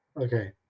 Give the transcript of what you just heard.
Okay